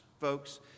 folks